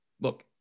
Look